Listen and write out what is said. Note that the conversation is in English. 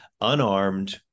unarmed